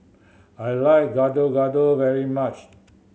I like Gado Gado very much